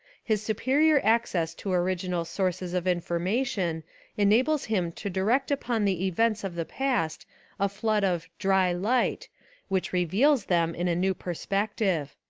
his superior access to original sources of information enables him to direct upon the events of the past a flood of dry light which reveals them in a new perspective.